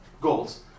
goals